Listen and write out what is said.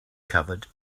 covered